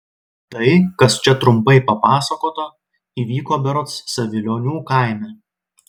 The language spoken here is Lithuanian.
tai kas čia trumpai papasakota įvyko berods savilionių kaime